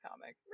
comic